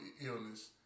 illness